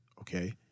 Okay